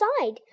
side